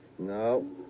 No